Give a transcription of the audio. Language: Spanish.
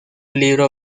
libro